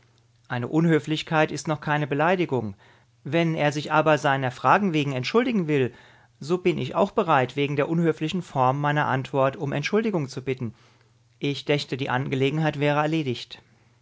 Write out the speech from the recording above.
eine unhöflichkeit ist noch keine beleidigung wenn er sich aber seiner fragen wegen entschuldigen will so bin ich auch bereit wegen der unhöflichen form meiner antwort um entschuldigung zu bitten ich dächte die angelegenheit wäre erledigt